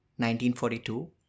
1942